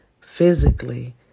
physically